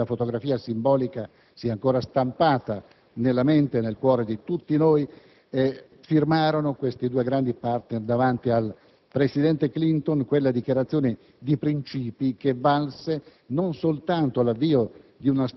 che quella fotografia simbolica sia ancora stampata nella mente e nel cuore di tutti noi), i due *leader* firmarono davanti al presidente Clinton quella dichiarazione di principi che valse non soltanto l'avvio